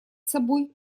собой